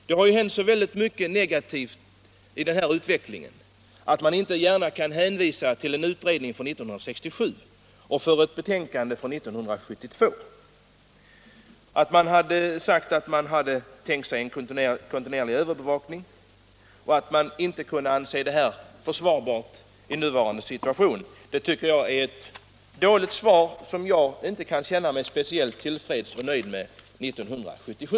Utvecklingen har varit så negativ att man inte gärna i nuvarande situation kan hänvisa till en utredning från 1967 eller till att justitieutskottet i ett betänkande år 1972 förklarade att det tänkte sig en kontinuerlig övervakning men inte kunde anse en allmän förstärkning försvarbar. Det tycker jag är ett dåligt svar, som jag inte kan känna mig speciellt till freds med år 1977.